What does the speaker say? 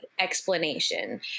explanation